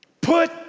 Put